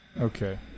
Okay